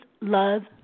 love